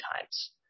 times